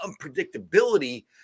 unpredictability